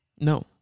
No